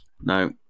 No